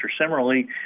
Similarly